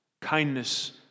Kindness